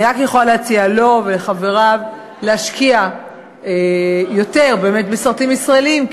אני רק יכולה להציע לו ולחבריו להשקיע יותר באמת בסרטים ישראליים,